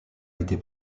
été